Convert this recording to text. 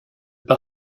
par